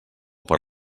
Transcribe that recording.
per